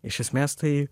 iš esmės tai